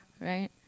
right